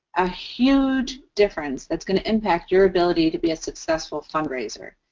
a huge difference that's going to impact your ability to be a successful fundraiser.